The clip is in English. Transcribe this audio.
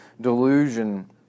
delusion